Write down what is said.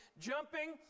jumping